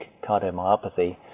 Cardiomyopathy